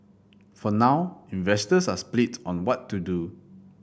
for now investors are split on what to do